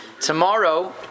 Tomorrow